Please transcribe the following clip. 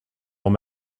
dans